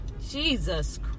Jesus